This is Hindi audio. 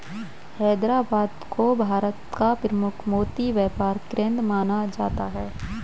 हैदराबाद को भारत का प्रमुख मोती व्यापार केंद्र माना जाता है